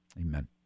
Amen